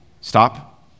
Stop